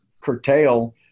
curtail